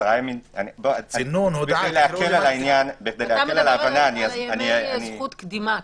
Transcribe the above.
כדי להקל על העניין- -- אתה מדבר על זכות קדימה,